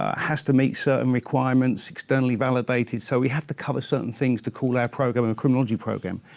ah has to meet certain requirements externally validated, so we have to cover certain things to call our programme a criminology programme.